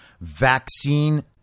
Vaccine